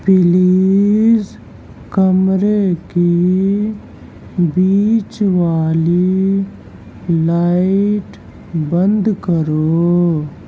please کمرے کی بیچ والی لائٹ بند کرو